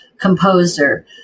composer